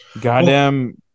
goddamn